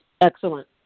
Excellent